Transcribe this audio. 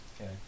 Okay